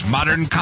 Modern